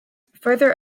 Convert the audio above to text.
further